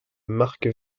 marc